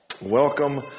Welcome